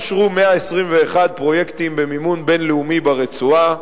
אושרו 121 פרויקטים במימון בין-לאומי ברצועה,